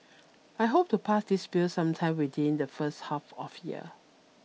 I hope to pass this bill sometime within the first half of year